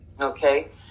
okay